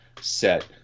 set